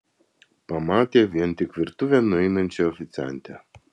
pamatė vien tik virtuvėn nueinančią oficiantę